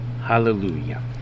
Hallelujah